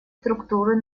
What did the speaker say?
структуры